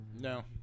No